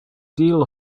deal